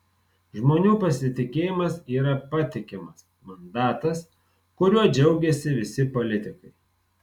žmonių pasitikėjimas yra patikimas mandatas kuriuo džiaugiasi visi politikai